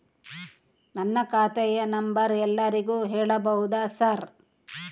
ನನ್ನ ಖಾತೆಯ ನಂಬರ್ ಎಲ್ಲರಿಗೂ ಹೇಳಬಹುದಾ ಸರ್?